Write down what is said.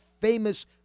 famous